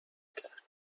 کرد